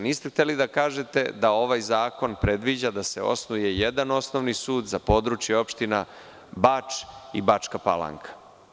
Niste hteli da kažete da ovaj zakon predviđa da se osnuje jedan osnovni sud za područje opština Bač i Bačka Palanka.